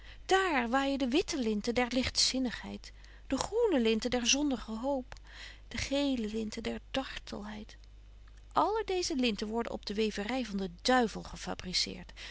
daar waaijen de witte linten der ligtzinnigheid de groene linten der zondige hoop de gele linten der dartelheid alle deeze linten worden op de wevery van den duivel gefabriceert